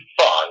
fun